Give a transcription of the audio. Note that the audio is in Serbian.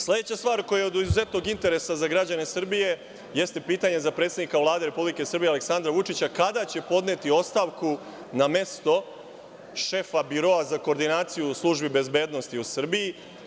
Sledeća stvar koja je od izuzetnog interesa za građane Srbije jeste pitanje za predsednika Vlade Republike Srbije Aleksandra Vučića - kada će podneti ostavku na mesto šefa Biroa za koordinaciju službi bezbednosti u Srbiji?